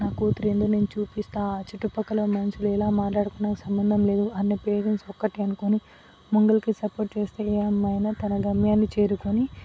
నా కూతురు ఏంటో నేను చూపిస్తా చుట్టుపక్కల మనుషులు ఎలా మాట్లాడుకున్నా సంబంధం లేదు అనే పేరెంట్స్ ఒక్కటే అనుకొని ముంగల్కి సపోర్ట్ చేస్తే ఏ అమ్మాయైనా తన గమ్యాన్ని చేరుకొని